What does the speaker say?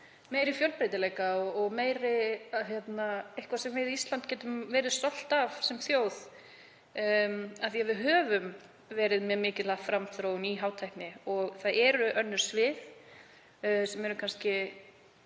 meiri fjölbreytileika og eitthvað sem við Ísland getum verið stolt af sem þjóð? Verið hefur mikil framþróun í hátækni og það eru önnur svið sem eru kannski,